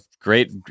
great